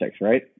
right